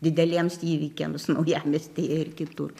dideliems įvykiams naujamiestyje ir kitur